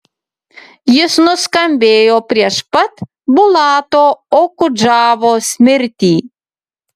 jis nuskambėjo prieš pat bulato okudžavos mirtį